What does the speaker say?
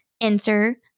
enter